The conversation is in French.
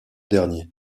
dernier